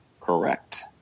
correct